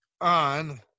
on